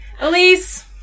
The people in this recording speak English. Elise